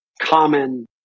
common